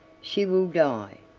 she will die.